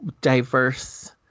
diverse